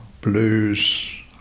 blues